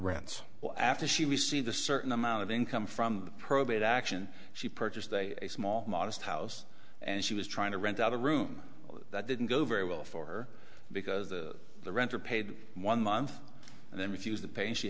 rents after she received a certain amount of income from probate action she purchased a small modest house and she was trying to rent out a room that didn't go very well for her because the renter paid one month and then refused the pain she